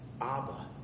Abba